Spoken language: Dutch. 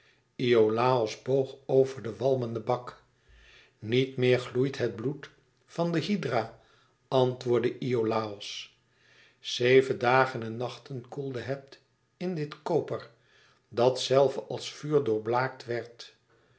iolàos boog over den walmenden bak niet meer gloeit het bloed van de hydra antwoordde iolàos zeven dagen en nachten koelde het in dit koper dat zelve als vuur doorblaakt werd